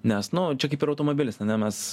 nes nu čia kaip ir automobilis ane mes